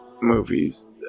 movies